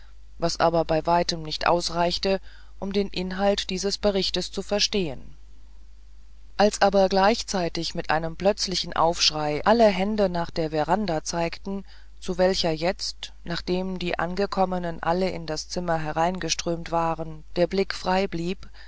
was aber bei weitem nicht ausreichte um den inhalt dieses berichtes zu verstehen als aber gleichzeitig mit einem plötzlichen aufschrei alle hände nach der veranda zeigten zu welcher jetzt nachdem die angekommenen alle in das zimmer hereingeströmt waren der blick frei blieb